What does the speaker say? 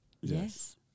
Yes